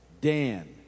Dan